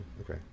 Okay